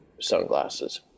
Sunglasses